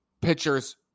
pitchers